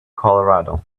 colorado